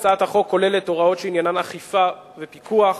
הצעת החוק כוללת הוראות שעניינן אכיפה ופיקוח.